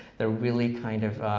they're really kind of